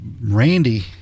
randy